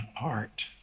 art